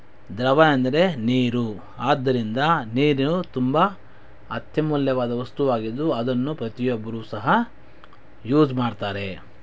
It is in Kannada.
ದ್ರವ ಎಂದರೆ ನೀರು ಆದ್ದರಿಂದ ನೀರು ತುಂಬ ಅತ್ಯಮೂಲ್ಯವಾದ ವಸ್ತುವಾಗಿದ್ದು ಅದನ್ನು ಪ್ರತಿಯೊಬ್ಬರೂ ಸಹ ಯೂಸ್ ಮಾಡ್ತಾರೆ